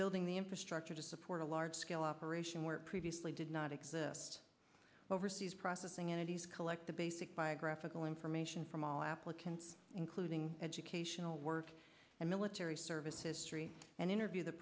building the infrastructure to support a large scale operation where previously did not exist overseas processing entities collect the basic biographical information from all applicants including educational work and military service history and interview the